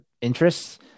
interests